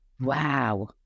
Wow